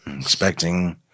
expecting